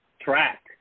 track